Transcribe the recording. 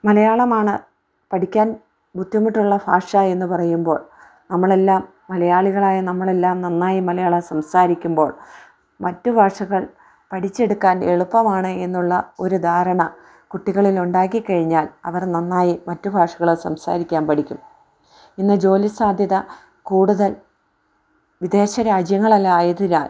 മലയാളമാണ് പഠിക്കാൻ ബുദ്ധിമുട്ടുള്ള ഭാഷ എന്ന് പറയുമ്പോൾ നമ്മളെല്ലാം മലയാളികളായ നമ്മളെല്ലാം നന്നായി മലയാളം സംസാരിക്കുമ്പോൾ മറ്റു ഭാഷകൾ പഠിച്ചെടുക്കാൻ എളുപ്പമാണ് എന്നുള്ള ഒരു ധാരണ കുട്ടികളിൽ ഉണ്ടാക്കിക്കഴിഞ്ഞാൽ അവർ നന്നായി മറ്റു ഭാഷകൾ സംസാരിക്കാൻ പഠിക്കും ഇന്ന് ജോലി സാധ്യത കൂടുതൽ വിദേശ രാജ്യങ്ങളിലായതിനാൽ